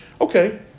okay